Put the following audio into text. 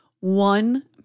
one